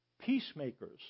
Peacemakers